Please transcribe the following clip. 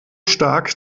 stark